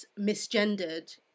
misgendered